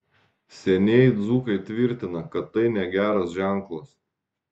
senieji dzūkai tvirtina kad tai negeras ženklas